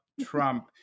Trump